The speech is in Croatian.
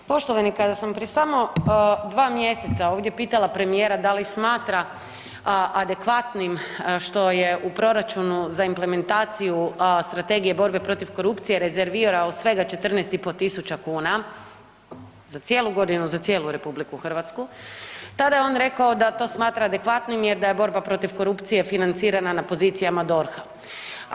Poštovani kada sam prije samo dva mjeseca ovdje pitala premijera da li smatra adekvatnim što je u proračunu za implementaciju Strategije borbe protiv korupcije rezervirao svega 14 i pol tisuća kuna za cijelu godinu za cijelu RH tada je on rekao da to smatra adekvatnim, jer da je borba protiv korupcije financirana na pozicijama DORH-a.